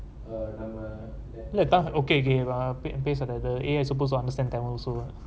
இல்ல:illa okay okay uh இல்ல பேசுறது:illa pesurathu the A_I supposed to understand tamil also what